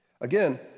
Again